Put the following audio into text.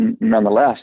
nonetheless